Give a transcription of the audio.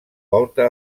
volta